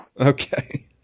Okay